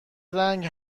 رنگ